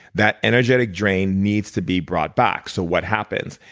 that energetic drain needs to be brought back. so what happens?